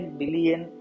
billion